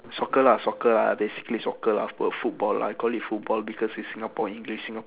soccer lah soccer lah basically soccer lah f~ football I call it football because it's singapore english singa~